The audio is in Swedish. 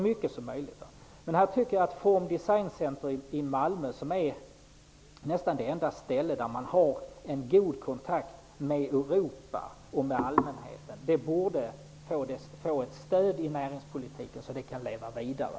Men jag tycker att Form/Design Center i Malmö, som nästan är det enda ställe där man har god kontakt med Europa och med allmänheten, borde få näringspolitiskt stöd så att det kan leva vidare.